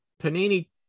Panini